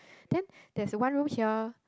then there's a one room here